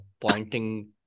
pointing